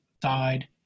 died